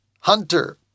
Hunter